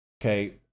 Okay